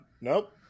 Nope